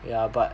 yeah but